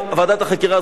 ועדת החקירה הזאת,